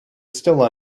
still